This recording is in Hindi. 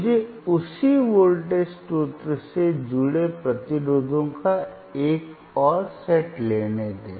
मुझे उसी वोल्टेज स्रोत से जुड़े प्रतिरोधों का एक और सेट लेने दें